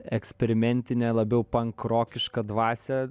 eksperimentinę labiau pankrokišką dvasią